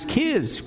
kids